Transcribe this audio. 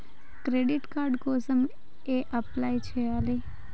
Credit card కోసం ఎలా apply చేసుకోవాలి?